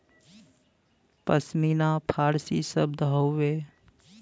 पश्मीना फारसी शब्द हउवे